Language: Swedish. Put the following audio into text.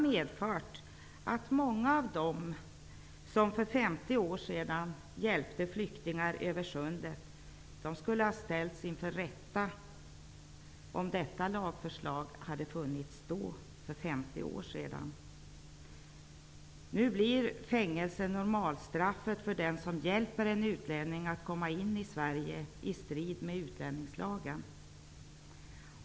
Många av dem som för 50 år sedan hjälpte flyktingar över sundet skulle ha ställts inför rätta om det föreslagna lagförslaget hade funnits då. Nu blir fängelse normalstraffet för den som i strid med utlänningslagen hjälper en utlänning att komma in i Sverige.